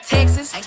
Texas